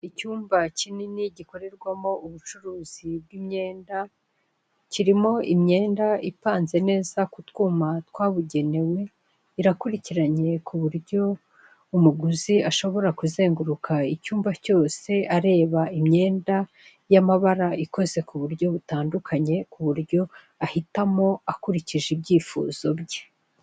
Icyumba kinini gikorerwamo ubucuruzi bw'imyenda, kirimo imyenda ipanze neza ku twuma twabugenewe, irakurikiranye ku buryo umuguzi ashobora kuzenguruka icyumba cyose, areba imyenda y'amabara ikoze ku buryo butandukanye, ku buryo ahitamo akurikije ibyifuzo bye.